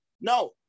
No